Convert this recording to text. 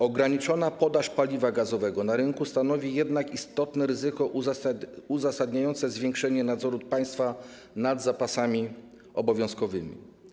Ograniczona podaż paliwa gazowego na rynku stanowi jednak istotne ryzyko uzasadniające zwiększenie nadzoru państwa nad zapasami obowiązkowymi.